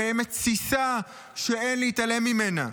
קיימת תסיסה שאין להתעלם ממנה.